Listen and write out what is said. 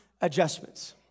adjustments